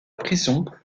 prison